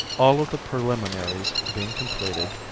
all of the preliminaries being completed,